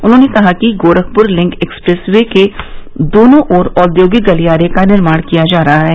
उन्होंने कहा कि गोरखपुर लिंक एक्सप्रेस वे के दोनों ओर औद्योगिक गलियारे का निर्माण किया जा रहा है